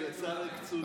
יצא לקצונה.